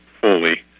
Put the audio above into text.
fully